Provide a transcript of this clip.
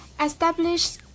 establish